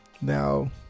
Now